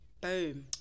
Boom